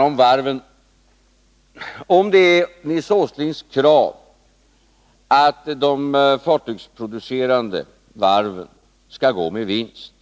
Om varven: Om det är Nils Åslings krav att de fartygsproducerande varven skall gå med vinst,